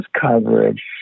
coverage